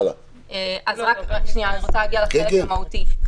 אני רוצה להגיע לחלק המהותי.